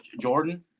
jordan